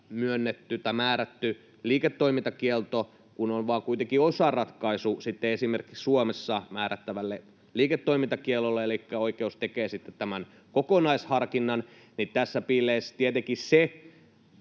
myönnetty tai määrätty liiketoimintakielto on vain osaratkaisu esimerkiksi Suomessa määrättävälle liiketoimintakiellolle, elikkä oikeus tekee sitten tämän kokonaisharkinnan, ja kun näitä liiketoimintakieltojen